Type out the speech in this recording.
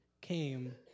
came